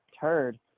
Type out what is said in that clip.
turd